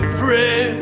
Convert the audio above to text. pray